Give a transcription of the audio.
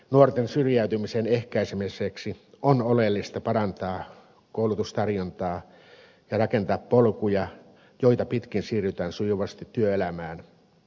nuorten syrjäytymisen ehkäisemiseksi on oleellista parantaa koulutustarjontaa ja rakentaa polkuja joita pitkin siirrytään sujuvasti työelämään